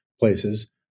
places